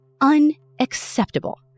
unacceptable